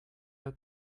that